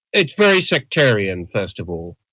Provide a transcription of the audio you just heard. it's very sectarian, first of all,